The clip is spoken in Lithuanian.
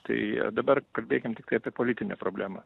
tai dabar kalbėkim tiktai apie politinę problemą